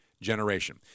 Generation